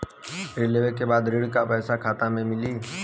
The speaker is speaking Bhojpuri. ऋण लेवे के बाद ऋण का पैसा खाता में मिली?